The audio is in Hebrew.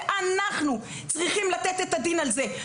ואנחנו צריכים לתת את הדין על זה,